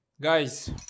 guys